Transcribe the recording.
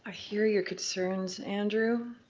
ah hear your concerns, andrew,